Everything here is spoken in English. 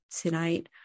tonight